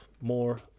more